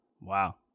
Wow